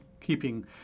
keeping